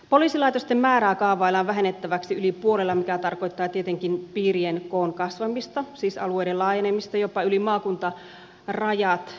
poliisilaitosten määrää kaavaillaan vähennettäväksi yli puolella mikä tarkoittaa tietenkin piirien koon kasvamista siis alueiden laajenemista jopa maakuntarajat ylittäviksi